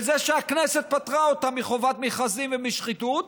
בזה שהכנסת פטרה אותה מחובת מכרזים ומשחיתות,